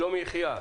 שלומי יחיאב,